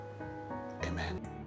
Amen